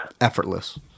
effortless